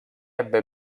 ebbe